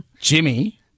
Jimmy